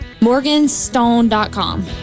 MorganStone.com